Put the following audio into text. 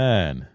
Man